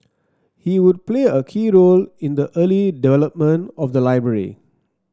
he would play a key role in the early development of the library